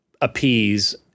appease